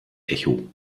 echo